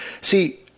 See